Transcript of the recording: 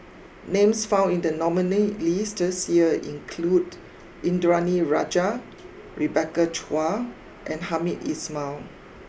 names found in the nominee list this year include Indranee Rajah Rebecca Chua and Hamed Ismail